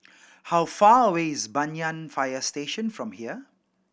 how far away is Banyan Fire Station from here